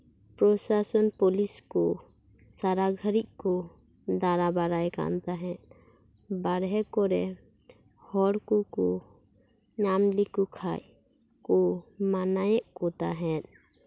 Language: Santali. ᱯᱨᱚᱥᱟᱥᱚᱱ ᱯᱩᱞᱤᱥ ᱠᱚ ᱥᱟᱨᱟᱜᱷᱟᱹᱲᱤᱡ ᱠᱚ ᱫᱟᱬᱟ ᱵᱟᱲᱟᱭ ᱠᱟᱱ ᱛᱟᱦᱮᱸᱫ ᱵᱟᱨᱦᱮ ᱠᱚᱨᱮ ᱦᱚᱲ ᱠᱚᱠᱚ ᱧᱟᱢ ᱞᱮᱠᱚ ᱠᱷᱟᱱ ᱠᱚ ᱢᱟᱱᱟᱭᱮᱫ ᱠᱚ ᱛᱟᱦᱮᱸᱫ